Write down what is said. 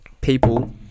people